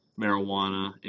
marijuana